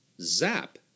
Zap